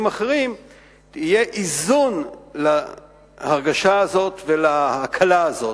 אחרים יהיה איזון להרגשה הזאת ולהקלה הזאת,